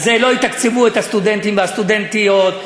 אז לא יתקצבו את הסטודנטים והסטודנטיות,